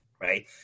Right